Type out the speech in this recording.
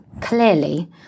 clearly